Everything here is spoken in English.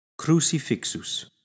Crucifixus